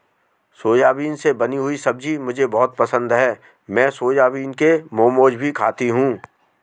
soybean से बनी हुई सब्जी मुझे बहुत पसंद है मैं सोयाबीन के मोमोज भी खाती हूं